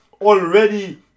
already